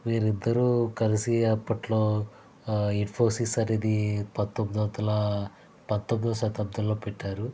వీరిద్దరూ కలిసి అప్పట్లో ఇన్ఫోసిస్ అనేది పంతొమ్మిది వందల పంతొమ్మిదవ శతాబ్దంలో పెట్టారు